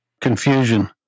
Confusion